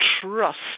trust